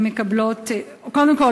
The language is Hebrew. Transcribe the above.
קודם כול,